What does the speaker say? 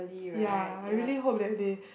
ya I really hope that they